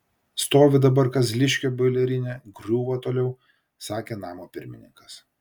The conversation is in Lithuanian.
stovi dabar kazliškio boilerinė griūva toliau sakė namo pirmininkas